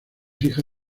hija